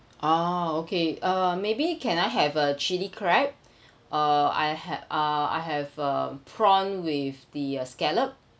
oh okay uh maybe can I have a chili crab uh I have uh I have a prawn with the scallop